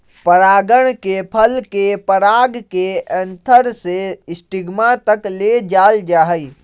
परागण में फल के पराग के एंथर से स्टिग्मा तक ले जाल जाहई